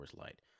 Light